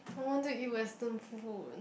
I want to eat Western food